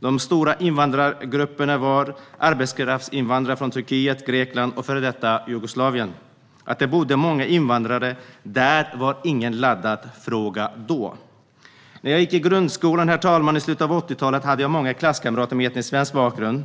De stora invandrargrupperna var arbetskraftsinvandrare från Turkiet, Grekland och före detta Jugoslavien. Att det bodde många invandrare där var ingen laddad fråga då. Herr talman! När jag gick i grundskolan i slutet av 80-talet hade jag många klasskamrater med etniskt svensk bakgrund.